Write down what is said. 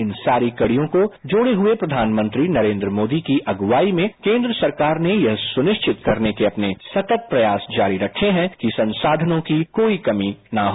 इन सारी कड़ियों को जोड़े हुए प्रधानमंत्री नरेन्द्र मोदी की अगुवाई में केन्द्र सरकार ने यह सुनिश्चित करने के अपने सतत प्रयास जारी रखे है कि संसाधनों की कोई कमी न हो